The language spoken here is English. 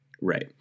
Right